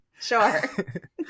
sure